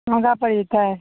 महङ्गा पड़ि जेतय